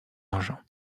argent